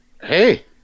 Hey